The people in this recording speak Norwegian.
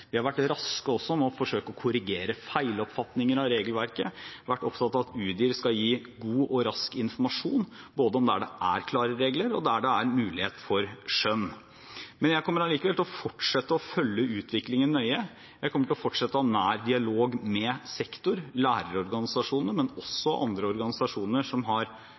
Vi har vært raske med å forsøke å korrigere feiltolkning av regelverket. Vi har vært opptatt av at Utdanningsdirektoratet skal gi god og rask informasjon, både der det er klare regler og der det er mulighet for skjønn. Jeg kommer likevel til å fortsette å følge utviklingen nøye og fortsette å ha nær dialog med sektoren og med lærerorganisasjonene, men også med andre organisasjoner,